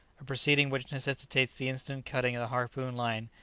a proceeding which necessitates the instant cutting of the harpoon-line,